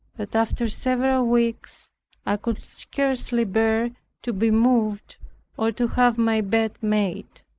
that after several weeks i could scarcely bear to be moved or to have my bed made.